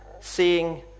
seeing